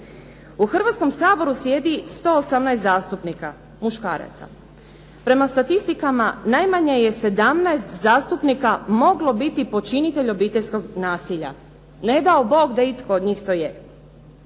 U Hrvatskom saboru sjeti 118 zastupnika muškaraca. Prema statistikama najmanje je 17 zastupnika moglo biti počinitelj obiteljskog nasilja. Ne dao Bog da itko od njih to je.